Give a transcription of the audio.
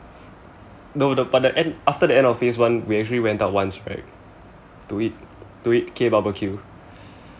no the but end after the end of phase one we actually went out once right to eat to eat K barbecue